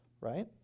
right